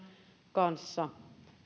kanssa